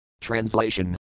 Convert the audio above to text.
Translation